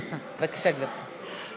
בבקשה, גברתי.